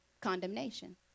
condemnation